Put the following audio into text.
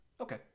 Okay